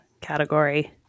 category